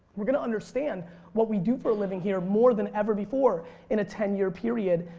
we're going to understand what we do for a living here more than ever before in a ten year period.